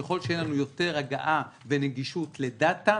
ככל שתהיה לנו יותר הגעה ונגישות לדאטה,